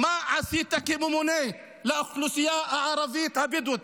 מה עשית כממונה על האוכלוסייה הערבית הבדואית?